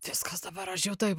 viskas dabar aš jau taip